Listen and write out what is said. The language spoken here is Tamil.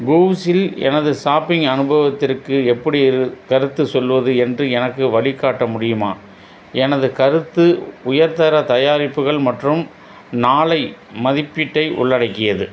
கூவ்ஸ்ஸில் எனது ஷாப்பிங் அனுபவத்திற்கு எப்படி இரு கருத்துச் சொல்வது என்று எனக்கு வழிக்காட்ட முடியுமா எனது கருத்து உயர்தர தயாரிப்புகள் மற்றும் நாலை மதிப்பீட்டை உள்ளடக்கியது